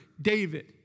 David